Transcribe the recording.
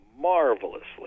marvelously